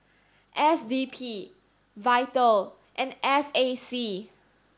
S D P VITAL and S A C